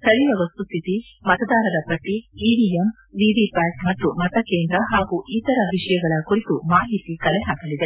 ಸ್ಥಳೀಯ ವಸ್ತುಸ್ಥಿತಿ ಮತದಾರರ ಪಟ್ಟಿ ಇವಿಎಂ ವಿವಿ ಪ್ಯಾಟ್ ಮತ್ತು ಮತಕೇಂದ್ರ ಹಾಗೂ ಇತರ ವಿಷಯಗಳ ಕುರಿತು ಮಾಹಿತಿ ಕಲೆ ಹಾಕಲಿದೆ